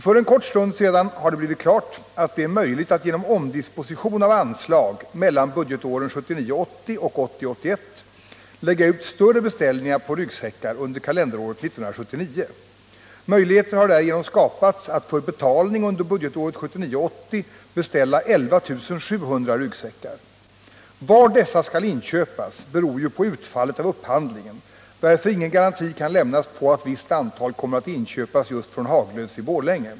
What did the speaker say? För en kort stund sedan har det blivit klart att det är möjligt att genom omdisposition av anslag mellan budgetåren 1979 81 lägga ut större beställningar på ryggsäckar under kalenderåret 1979. Möjligheter har därigenom skapats att för betalning under budgetåret 1979/80 beställa 11 700 ryggsäckar. Var dessa skall inköpas beror ju på utfallet av upphandlingen, varför ingen garanti kan lämnas på att visst antal kommer att inköpas just från Haglöfs Ryggsäcksfabrik i Borlänge.